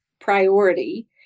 priority